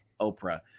Oprah